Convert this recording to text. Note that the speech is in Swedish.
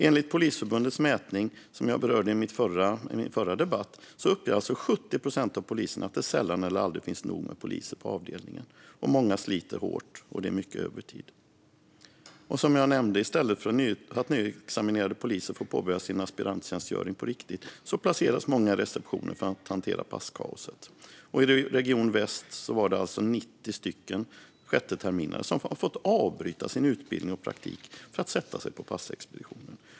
Enligt Polisförbundets mätning, som jag berörde i min förra debatt, uppger 70 procent av poliserna att det sällan eller aldrig finns nog med poliser på avdelningen. Många sliter hårt, och det är mycket övertid. I stället för att nyutexaminerade poliser får påbörja sin aspiranttjänstgöring på riktigt placeras många, som jag nämnde, i receptionen för att hantera passkaoset. I region Väst är det 90 sjätteterminare som har fått avbryta sin utbildning eller praktik för att sätta sig på passexpeditionen.